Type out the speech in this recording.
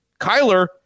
Kyler